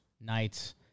nights